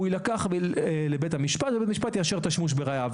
הוא יילקח לבית המשפט ובית המשפט יאשר את השימוש בראייה.